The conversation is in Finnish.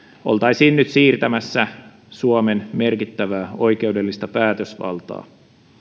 oltaisiin nyt siirtämässä suomen merkittävää oikeudellista päätösvaltaa